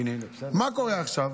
מה קורה עכשיו?